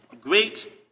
great